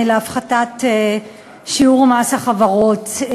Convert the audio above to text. בהפחתת שיעור מס החברות.